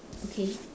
okay